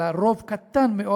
אלא חלק קטן מאוד